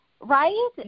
Right